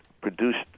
produced